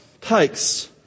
Takes